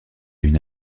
une